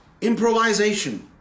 improvisation